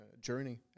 journey